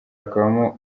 hakabamo